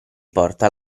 porta